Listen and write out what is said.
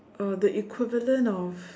uh the equivalent of